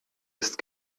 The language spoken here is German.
ist